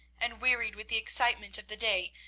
and wearied with the excitement of the day,